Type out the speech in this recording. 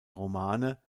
romane